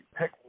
pick